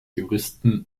juristen